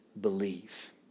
believe